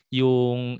yung